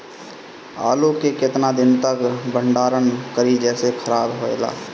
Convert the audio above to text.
आलू के केतना दिन तक भंडारण करी जेसे खराब होएला?